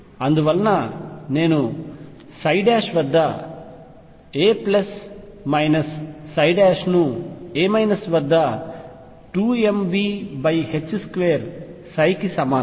అందువలన నేను వద్ద a మైనస్ ను a వద్ద 2mV2 ψ కి సమానం